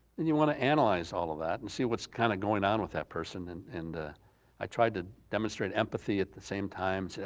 and you wanna analyze all of that and see what's kinda going on with that person and and i tried to demonstrate empathy at the same time,